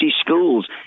schools